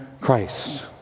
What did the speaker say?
Christ